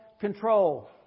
control